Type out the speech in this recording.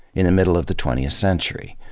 in the middle of the twentieth century.